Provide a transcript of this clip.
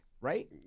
Right